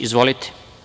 Izvolite.